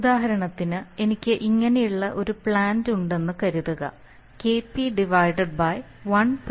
ഉദാഹരണത്തിന് എനിക്ക് ഇങ്ങനെ ഉള്ള ഒരു പ്ലാന്റ് ഉണ്ടെന്ന് കരുതുക KP 1 STp